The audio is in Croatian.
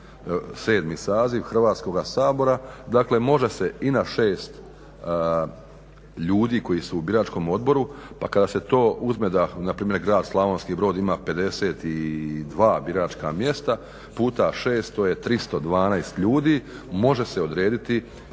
Hrvatskoga sabora dakle može se i na 6 ljudi koji su u biračkom odboru. Pa kada se to uzme da npr. grad Slavonski Brod ima 52 biračka mjesta puta 6 to je 312 ljudi, može se odrediti